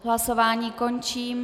Hlasování končím.